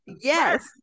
Yes